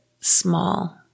small